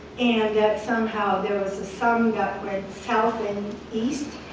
and somehow there was some went south and and east.